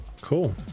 cool